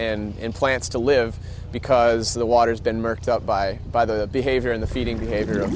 and plants to live because the water's been marked out by by the behavior in the feeding behavior of